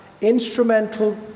instrumental